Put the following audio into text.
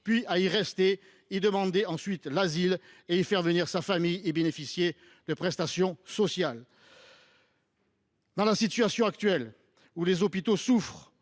puis à y demander l’asile, et ensuite à y faire venir sa famille et à bénéficier des prestations sociales. Dans la situation actuelle, où les hôpitaux souffrent,